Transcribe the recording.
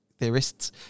theorists